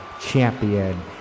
Champion